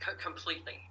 Completely